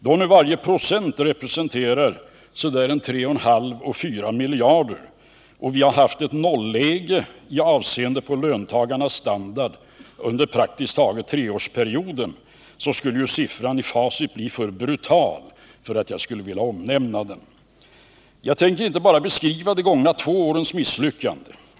Eftersom varje procent i det här sammanhanget representerar 3,5-4 miljarder och vi har haft ett nolläge i avseende på löntagarnas standard under praktiskt taget hela denna treårsperiod, så skulle siffran i facit bli för brutal för att jag skulle vilja omnämna den. Jag tänker inte bara beskriva de gångna två årens misslyckande.